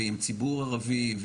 ועם ציבור ערבי,